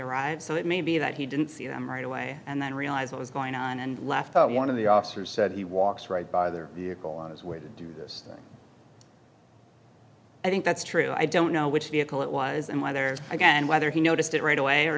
arrive so it may be that he didn't see them right away and then realized what was going on and left one of the officers said he walks right by their vehicle on his way to do this i think that's true i don't know which vehicle it was and why there's a gun and whether he noticed it right away or